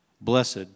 Blessed